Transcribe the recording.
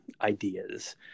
ideas